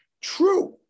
True